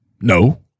No